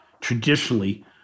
traditionally